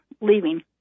leaving